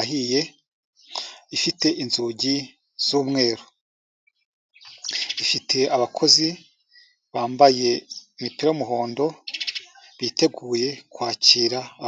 ahiye, ifite inzugi z'umweru. Ifite abakozi bambaye imipira y'umuhondo biteguye kwakira..